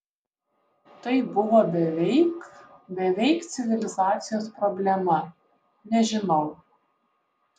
tai buvo beveik beveik civilizacijos problema nežinau